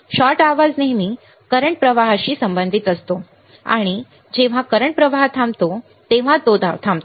shot आवाज नेहमी वर्तमान प्रवाहाशी संबंधित असतो आणि जेव्हा वर्तमान प्रवाह थांबतो तेव्हा तो थांबतो